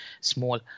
small